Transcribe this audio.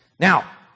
Now